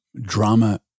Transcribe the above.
drama